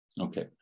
Okay